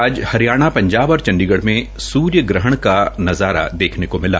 आज हरियाणा पंजाब और चंडीगढ़ में सूर्य ग्रहण का नजाया देखने को मिला